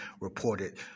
reported